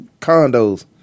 condos